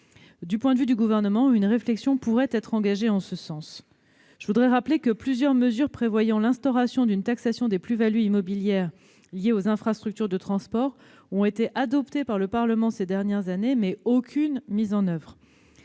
Du point de vue du Gouvernement, un travail pourrait être engagé en ce sens. Je rappelle que plusieurs mesures prévoyant l'instauration d'une taxation des plus-values immobilières liées aux infrastructures de transport ont été adoptées par le Parlement au cours des dernières années. Aucune n'a été mise en oeuvre.